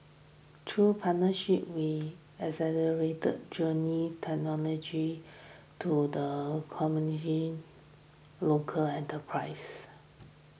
through partnerships we accelerate the journey technology to the local enterprise